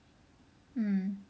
mm